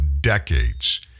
decades